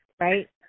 right